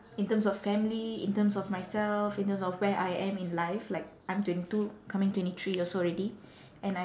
in terms of family in terms of myself in terms of where I am in life like I'm twenty two coming twenty three years old already and I'm